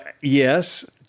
Yes